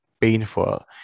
painful